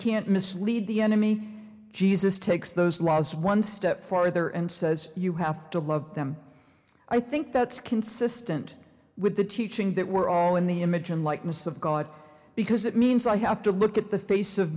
can't mislead the enemy jesus takes those laws one step farther and says you have to love them i think that's consistent with the teaching that we're all in the image and likeness of god because it means i have to look at the face of